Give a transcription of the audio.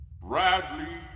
Bradley